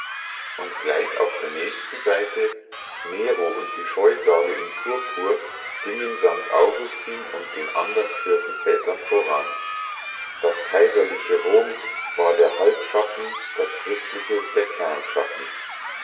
und gleich auf der nächsten seite nero und die scheusale in purpur gingen st augustin und den andern kirchenvätern voran das kaiserliche rom war der halbschatten das christliche der kernschatten